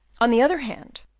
on the other hand,